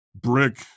brick